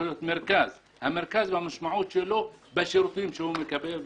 להיות מרכז ומשמעות המרכז היא בשירותים שהוא מקבל.